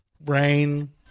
brain